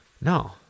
No